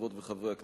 חברות וחברי הכנסת,